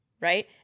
Right